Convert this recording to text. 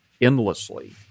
endlessly